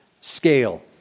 scale